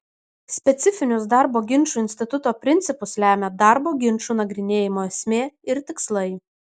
specifinius darbo ginčų instituto principus lemia darbo ginčų nagrinėjimo esmė ir tikslai